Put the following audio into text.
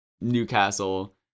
Newcastle